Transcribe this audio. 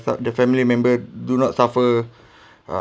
that the family member do not suffer uh